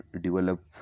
develop